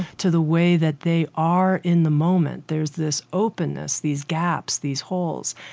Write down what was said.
to the way that they are in the moment. there's this openness, these gaps, these holes.